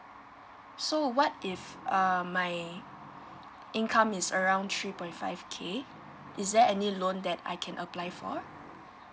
so what if err my income is around three point five K is there any loan that I can apply for